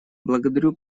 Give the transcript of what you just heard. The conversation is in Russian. благодарю